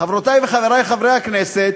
חברותי וחברי חברי הכנסת,